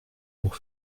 pour